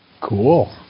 Cool